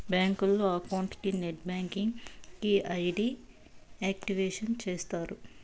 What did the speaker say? బ్యాంకులో అకౌంట్ కి net banking కి ఐ.డి యాక్టివేషన్ చేస్తారు